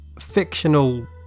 fictional